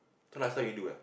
so last time you do eh